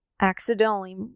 accidentally